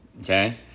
okay